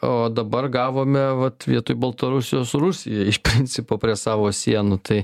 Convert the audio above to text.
o dabar gavome vat vietoj baltarusijos rusiją iš principo prie savo sienų tai